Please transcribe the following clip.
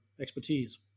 expertise